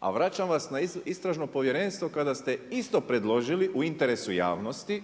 A vraćam vas na istražno povjerenstvo, kada ste isto predložili u interesu javnosti,